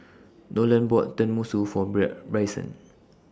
Nolen bought Tenmusu For Bread Bryson